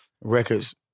records